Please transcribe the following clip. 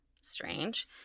Strange